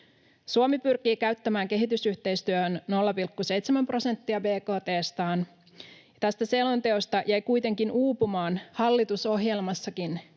Suomi pyrkii käyttämään kehitysyhteistyöhön 0,7 prosenttia bkt:staan. Tästä selonteosta jäi kuitenkin uupumaan hallitusohjelmassakin